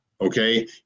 Okay